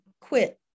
quit